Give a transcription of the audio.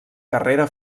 carrera